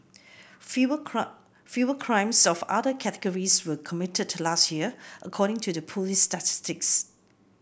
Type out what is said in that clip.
fewer clock fewer crimes of other categories were committed last year according to the police's statistics